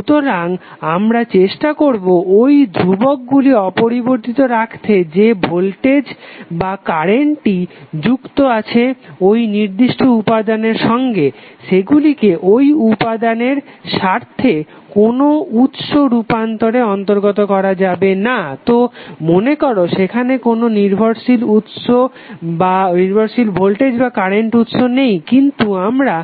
সুতরাং আমরা চেষ্টা করবো ওই ধ্রুবকগুলি অপরিবর্তিত রাখতে যে ভোল্টেজ বা কারেন্টটি যুক্ত আছে ওই নির্দিষ্ট উপাদানের সঙ্গে সেগুলিকে ওই উপাদানের স্বার্থে কোনো উৎস রুপান্তরে অন্তর্গত করা যাবে না তো মনেকর সেখানে কোনো নির্ভরশীল ভোল্টেজ বা কারেন্ট উৎস নেই কিন্তু আমরা